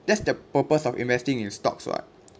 that's the purpose of investing in stocks [what]